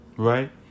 Right